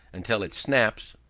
until it snaps,